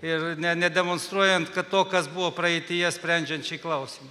ir ne nedemonstruojant kad to kas buvo praeityje sprendžiant šį klausimą